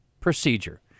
procedure